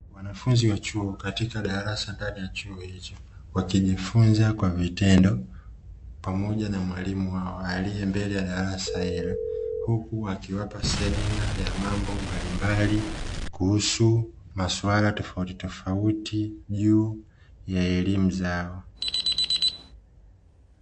Wanafunzi wa chuo katika darasa ndani ya chuo hicho wakijifunza kwa vitendo pamoja na mwalimu wao aliye mbele ya darasa hilo, huku akiwapa semina ya mambo mbalimbali kuhusu masuala tofautitofauti juu ya elimu zao.